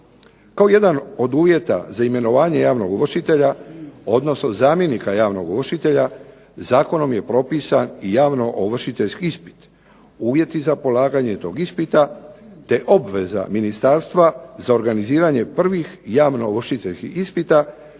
Kao jedan od uvjeta za imenovanje javnog ovršitelja, odnosno zamjenika javnog ovršitelja zakonom je propisan i javnoovršiteljski ispit, uvjeti za polaganje tog ispita te obveza ministarstva za organiziranje prvih javnoovršiteljskih ispita